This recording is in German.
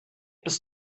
bis